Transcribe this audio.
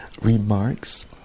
remarks